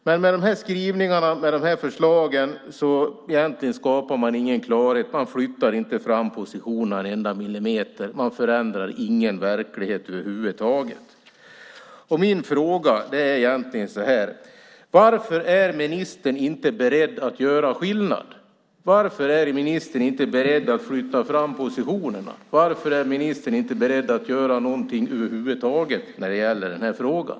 Men med de här skrivningarna, med de här förslagen, skapar man egentligen ingen klarhet. Man flyttar inte fram positionerna en enda millimeter. Man förändrar ingen verklighet över huvud taget. Mina frågor är egentligen: Varför är ministern inte beredd att göra skillnad? Varför är ministern inte beredd att flytta fram positionerna? Varför är ministern inte beredd att göra någonting över huvud taget när det gäller den här frågan?